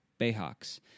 Bayhawks